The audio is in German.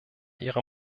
ihre